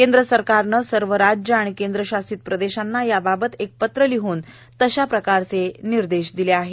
केंद्र सरकारनं सर्व राज्य आणि केंद्रशासित प्रदेशांना याबाबत एक पत्र लिहन तशा प्रकारचे निर्देश दिले आहेत